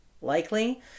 Likely